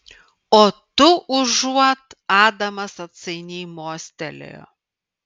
o tu užuot adamas atsainiai mostelėjo